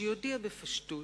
שיודיע בפשטות